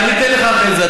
אני אתן לך אחרי זה,